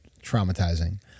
traumatizing